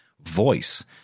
voice